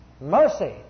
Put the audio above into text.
Mercy